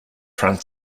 front